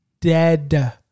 dead